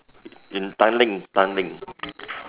in Tanglin Tanglin